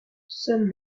seul